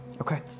Okay